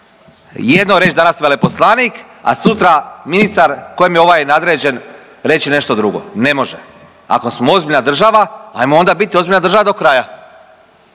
jedno reć danas veleposlanik, a sutra ministar kojem je ovaj nadređen reći nešto drugo. Ne može. Ako smo ozbiljna država, ajmo onda biti ozbiljna država do kraja.